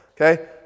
Okay